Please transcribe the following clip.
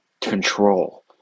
control